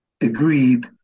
agreed